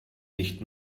nicht